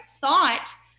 thought